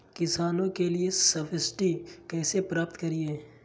किसानों के लिए सब्सिडी कैसे प्राप्त करिये?